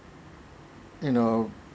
you know